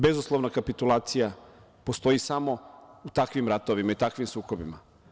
Bezuslovna kapitulacija postoji samo u takvim ratovima i takvim sukobima.